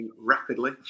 rapidly